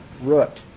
root